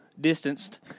distanced